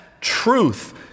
truth